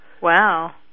Wow